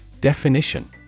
Definition